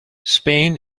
spain